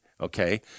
okay